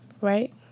right